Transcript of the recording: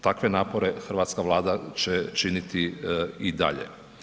Takve napore hrvatska Vlada će činiti i dalje.